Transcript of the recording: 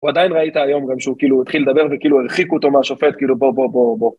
הוא עדיין ראית היום גם שהוא כאילו התחיל לדבר וכאילו הרחיקו אותו מהשופט כאילו בוא בוא בוא בוא